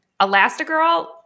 Elastigirl